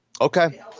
Okay